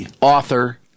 Author